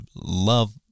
love